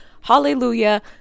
Hallelujah